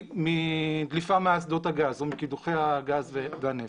מדליפה מאסדות הגז או מקידוחי הגז והנפט.